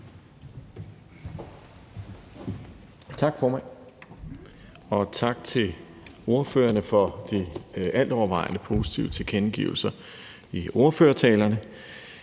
Tak, formand, og tak til ordførerne for de altovervejende positive tilkendegivelser i ordførertalerne.